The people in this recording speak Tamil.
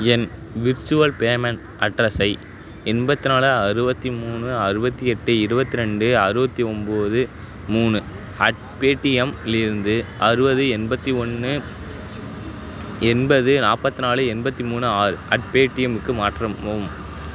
என் விர்ச்சுவல் பேமெண்ட் அட்ரஸை எண்பத்திநாலு அறுபத்தி மூணு அறுபத்தி எட்டு இருபத்ரெண்டு அறுபத்தி ஒம்பது மூணு அட் பேடியம் லிருந்து அறுபது எண்பத்தி ஒன்று எண்பது நாப்பத்திநாலு எண்பத்தி மூணு ஆறு அட் பேடியம்க்கு மாற்றவும்